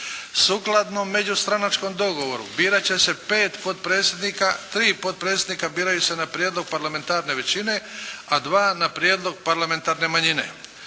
Sukladno međustranačkom dogovoru birat će se pet potpredsjednika, tri potpredsjednika biraju se na prijedlog parlamentarne većine, a dva na prijedlog parlamentarne manjine.